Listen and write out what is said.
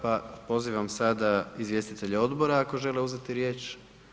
Pa pozivam sada izvjestitelje odbora ako žele uzeti riječ?